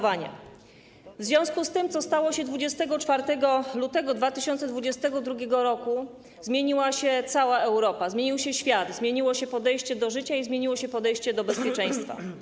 W związku z tym, co stało się 24 lutego 2022 r., zmieniła się cała Europa, zmienił się świat, zmieniło się podejście do życia i zmieniło się podejście do bezpieczeństwa.